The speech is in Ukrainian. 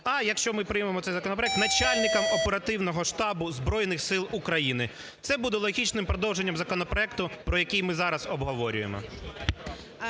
а, якщо ми приймемо цей законопроект, начальником оперативного штабу Збройних Сил України. Це буде логічним продовженням законопроект, який ми зараз обговорюємо.